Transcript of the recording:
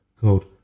called